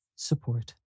support